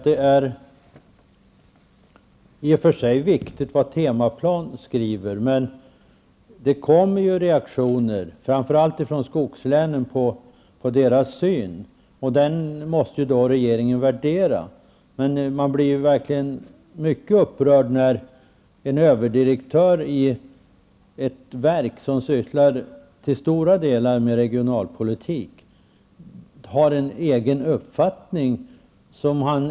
Det är i och för sig viktigt vad Temaplan skriver. Men det kommer ju reaktioner framför allt från skogslänen på dess syn. Och den måste regeringen värdera. Men man blir verkligen mycket upprörd när en överdirektör i ett verk som till stora delar sysslar med regionalpolitik har en egen uppfattning.